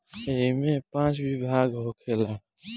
ऐइमे पाँच विभाग होखेला